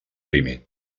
límit